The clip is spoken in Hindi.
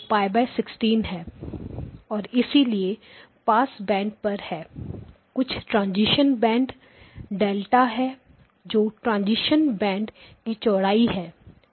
और इसलिए पासबैंड 16 पर है कुछ ट्रांजीशन बैंड डेल्टा है जो ट्रांजीशन बैंड की चौड़ाई है ठीक है